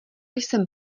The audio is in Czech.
jsem